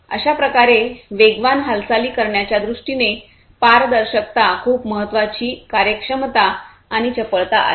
अशा प्रकारे वेगवान हालचाली करण्याच्या दृष्टीने पारदर्शकता खूप महत्वाची कार्यक्षमता आणि चपळता आहे